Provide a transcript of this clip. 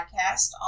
Podcast